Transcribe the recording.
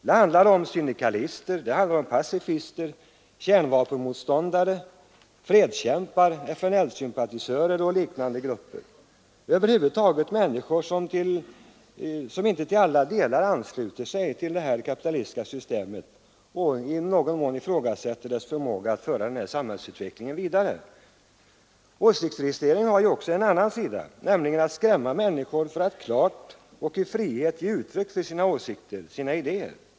Det handlar om syndikalister, pacifister, kärnvapenmotståndare, fredskämpar, FNL-sympatisörer och liknande grupper, över huvud taget människor som inte till alla delar ansluter sig till det kapitalistiska systemet och i någon mån ifrågasätter dess förmåga att föra samhällsutvecklingen vidare. Åsiktsregistrering har också en annan sida, nämligen att skrämma människor för att klart och i frihet ge uttryck för sina åsikter och idéer.